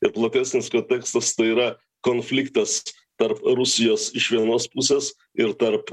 ir platesnis kontekstas tai yra konfliktas tarp rusijos iš vienos pusės ir tarp